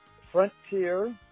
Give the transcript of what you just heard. Frontier